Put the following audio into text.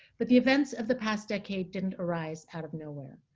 but the events of the past decade didn't arise out of nowhere.